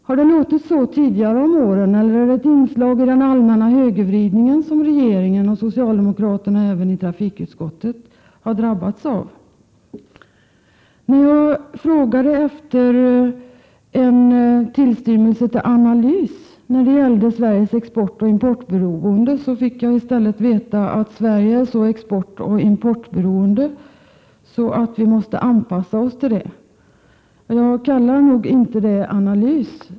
Har det låtit så under tidigare år, eller är det ett inslag i den allmänna högervridning som regeringen och även 153 socialdemokraterna i trafikutskottet har drabbats av? När jag frågade efter en tillstymmelse till analys när det gällde Sveriges exportoch importberoende, fick jag i stället veta att Sverige är exportoch importberoende och att vi måste anpassa oss till det. Det kallar jag nog inte för en analys.